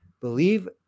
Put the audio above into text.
believe